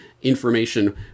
information